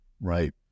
right